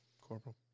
Corporal